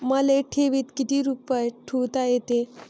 मले ठेवीत किती रुपये ठुता येते?